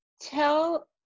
tell